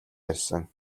ярьсан